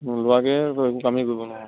নোলোৱাকে তই একো কামেই কৰিব নোৱাৰোঁ